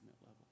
level